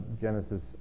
Genesis